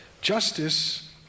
justice